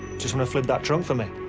just wanna flip that trunk for me?